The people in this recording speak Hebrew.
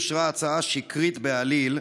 אושרה הצעה שקרית בעליל,